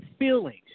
Feelings